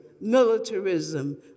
militarism